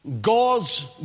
God's